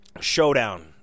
showdown